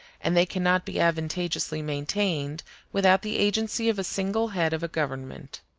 and they cannot be advantageously maintained without the agency of a single head of a government.